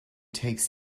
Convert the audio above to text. takes